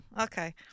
okay